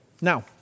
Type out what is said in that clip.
Now